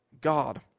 God